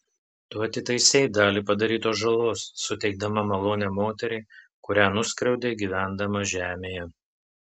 tu atitaisei dalį padarytos žalos suteikdama malonę moteriai kurią nuskriaudei gyvendama žemėje